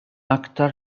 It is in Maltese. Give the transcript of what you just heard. aktar